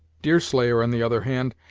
deerslayer, on the other hand,